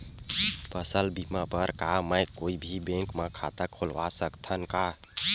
फसल बीमा बर का मैं कोई भी बैंक म खाता खोलवा सकथन का?